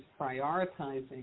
prioritizing